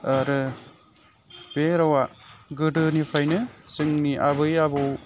आरो बे रावा गोदोनिफ्रायनो जोंनि आबै आबौ